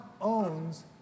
owns